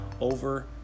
over